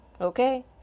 okay